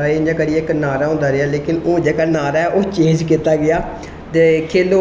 इयां करियै इक नारा होंदा रेहा लेकिन ओह् जेह्का नारा ऐ ओह् चेंज कीता गेआ ते खेलो